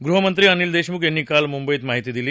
गृहमंत्री अनिल देशमुख यांनी काल मुंबईत ही माहिती दिली